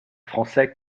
français